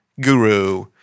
guru